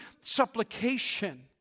supplication